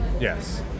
Yes